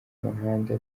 muhanda